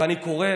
ואני קורא